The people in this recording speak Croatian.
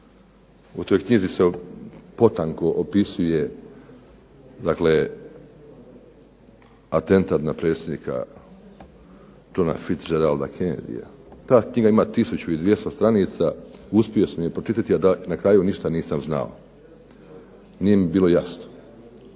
U toj knjizi se potanko opisuje dakle atentat na predsjednika Johna Fitzgeralda Kennedya. Ta knjiga ima tisuću i 200 stranica, uspio sam je pročitati a da na kraju ništa nisam znao. Nije mi bilo jasno.